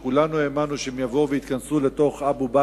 שכולנו האמנו שהם יבואו ויתכנסו לאבו-בסמה,